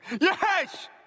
Yes